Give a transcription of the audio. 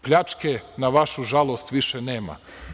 Pljačke, na vašu žalost više nema.